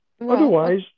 Otherwise